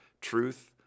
truth